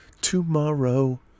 tomorrow